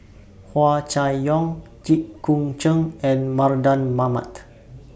Hua Chai Yong Jit Koon Ch'ng and Mardan Mamat